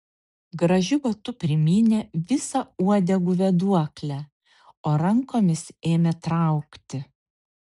gražiu batu primynė visą uodegų vėduoklę o rankomis ėmė traukti